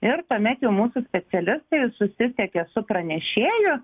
ir tuomet jau mūsų specialistai susisiekia su pranešėju